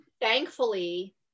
thankfully